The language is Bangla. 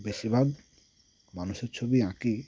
বেশিরভাগ মানুষের ছবি আঁকি